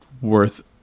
worth